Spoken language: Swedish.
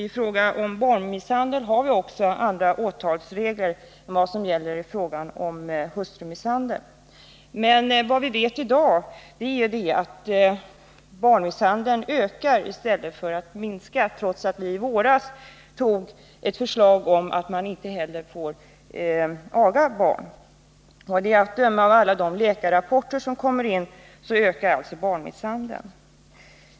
I fråga om barnmisshandel har vi också andra åtalsregler än vad som gäller i fråga om hustrumisshandel. Vad vi emellertid vet i dag är att barnmisshandeln ökar i stället för att minska, trots att vi i våras antog ett förslag om förbud mot att aga barn. Att döma av alla läkarrapporter som kommer in ökar alltså barnmisshandeln.